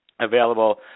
Available